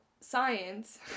science